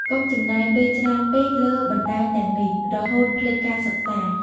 កុំចំណាយពេលច្រើនពេកលើបណ្តាញទាំងនេះ រហូតភ្លេចការសិក្សា។